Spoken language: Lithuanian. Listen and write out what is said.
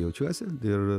jaučiuosi ir